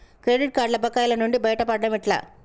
Credit కార్డుల బకాయిల నుండి బయటపడటం ఎట్లా?